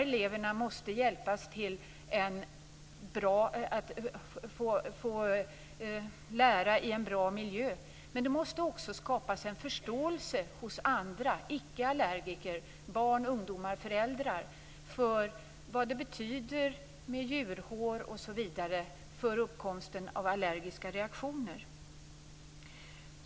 Eleverna måste få lära i en bra miljö, men det måste också skapas en förståelse hos andra, icke-allergiker - barn, ungdomar och föräldrar - för vad djurhår och annat betyder för uppkomsten av allergiska reaktioner.